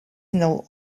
know